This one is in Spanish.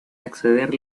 acceder